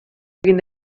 egin